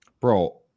bro